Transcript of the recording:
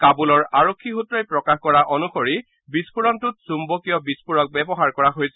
কাবুলৰ আৰক্ষী সূত্ৰই প্ৰকাশ কৰা অনুসৰি বিস্ফোৰণটোত চুম্বকীয় বিস্ফোৰক ব্যৱহাৰ কৰা হৈছিল